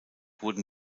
wurden